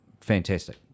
fantastic